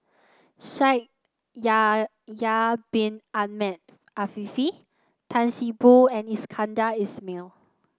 Shaikh Yahya Bin Ahmed Afifi Tan See Boo and Iskandar Ismail